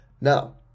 now